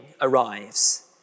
arrives